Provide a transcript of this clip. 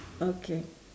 okay